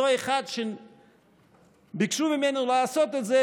אותו אחד שביקשו ממנו לעשות את זה,